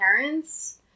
parents